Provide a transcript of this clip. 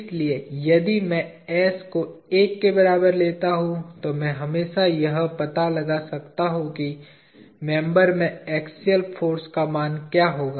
इसलिए यदि मैं s को एक के बराबर लेता हूं तो मैं हमेशा यह पता लगा सकता हूं कि मेंबर में एक्सियल फाॅर्स का मान क्या होगा